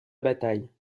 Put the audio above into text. bataille